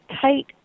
tight